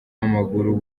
w’amaguru